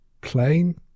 plane